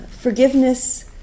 forgiveness